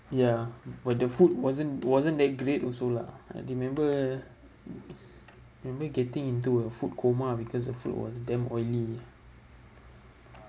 ya but the food wasn't wasn't that great also lah I remember remember getting into a food coma because the food was damn oily ah